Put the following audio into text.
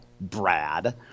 Brad